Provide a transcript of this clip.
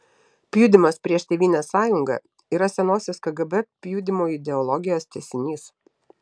pjudymas prieš tėvynės sąjungą yra senosios kgb pjudymo ideologijos tęsinys